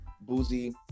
Boozy